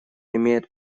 имеет